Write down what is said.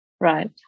Right